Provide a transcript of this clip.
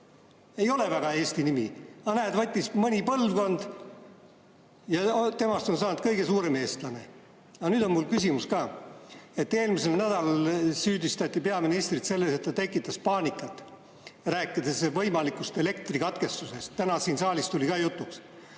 Ei ole väga eesti nimi, aga näed, võttis mõni põlvkond ja temast on saanud kõige suurem eestlane. Aga nüüd on mul küsimus ka. Eelmisel nädalal süüdistati peaministrit selles, et ta tekitas paanikat, rääkides võimalikust elektrikatkestusest. Täna siin saalis tuli see ka jutuks.